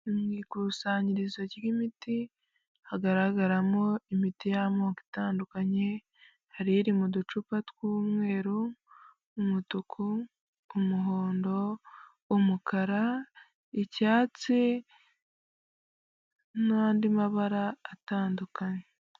Mu ikusanyirizo ry'imiti hagaragaramo imiti y'amoko itandukanye hari iri mu ducupa tw'umweru, umutuku, umuhondo, umukara, icyatsi n'andi mabara atandukanye.